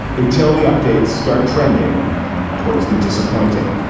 until the updates start trending towards the disappointing.